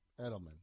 Edelman